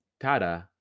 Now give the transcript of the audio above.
Tada